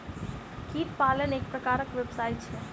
कीट पालन एक प्रकारक व्यवसाय छै